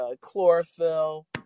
chlorophyll